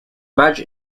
badge